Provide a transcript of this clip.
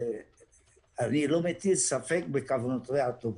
ואני לא מטיל ספק בכוונותיה הטובות.